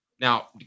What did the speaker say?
Now